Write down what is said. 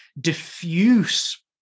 diffuse